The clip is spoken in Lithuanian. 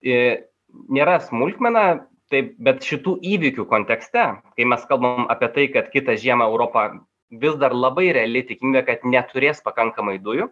į nėra smulkmena taip bet šitų įvykių kontekste kai mes kalbam apie tai kad kitą žiemą europa vis dar labai reali tikimybė kad neturės pakankamai dujų